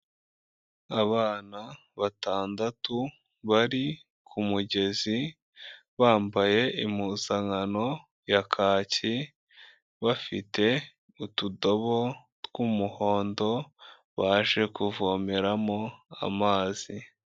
Abana batandatu bari ku mugezi, bambaye impuzankano ya kaki, bafite utudobo tw'umuhondo baje kuvomeramo amazi.